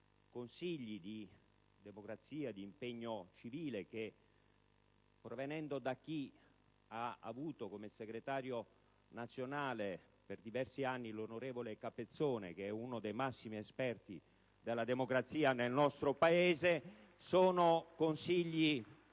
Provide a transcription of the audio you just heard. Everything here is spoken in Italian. consigli di democrazia e di impegno civile che, provenendo da chi ha avuto come segretario nazionale di partito per diversi anni l'onorevole Capezzone, che è uno dei massimi esperti della democrazia nel nostro Paese, rappresentano